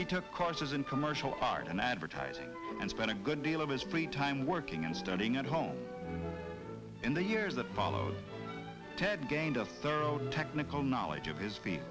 he took courses in commercial art and advertising and spent a good deal of his prey time working and studying at home in the years that followed ted gained of thorough technical knowledge of his feet